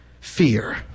Fear